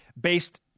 based